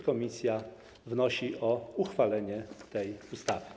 Komisja wnosi o uchwalenie tej ustawy.